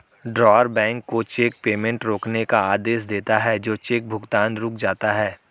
drawer bank को cheque payment रोकने का आदेश देता है तो चेक भुगतान रुक जाता है